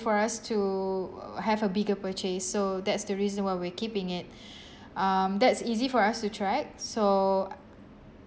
for us to uh have a bigger purchase so that's the reason why we're keeping it um that's easy for us to track so